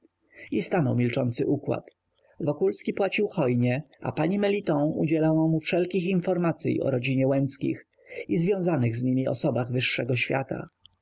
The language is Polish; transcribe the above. i stanął milczący układ wokulski płacił hojnie a pani meliton udzielała mu wszelkich informacyj o rodzinie łęckich i związanych z nimi osobach wyższego świata